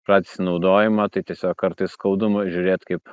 prats naudojimą tai tiesiog kartais skaudu mu žiūrėt kaip